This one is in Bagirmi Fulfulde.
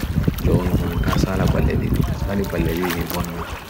جون ڈмент intent ڈائش ڈائش ڈائش ڈائش ڈائش ڈ gé-nan